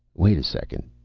wait a second,